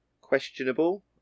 questionable